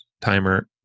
timer